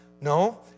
No